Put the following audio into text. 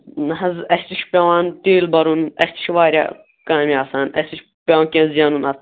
نہ حظ اسہِ تہِ چھُ پٮ۪وان تیٖل بَرُن اسہِ تہِ چھِ واریاہ کامہِ آسان اسہِ تہِ چھُ پیٚوان کیٚںٛہہ زینُن اَتھ